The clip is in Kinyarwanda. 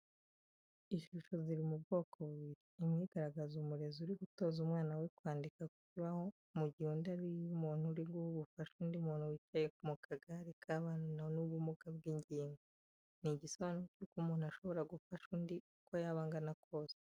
Ishusho ziri mu bwoko bubiri, imwe igaragaza umurezi uri gutoza umwana we kwandika ku kibaho mu gihe indi ari iy'umuntu uri guha ubufasha undi muntu wicaye mu kagare k'ababana n'ubumuga bw'ingingo. Ni igisobanuro cy'uko umuntu ashobora gufasha undi uko yaba angana kose.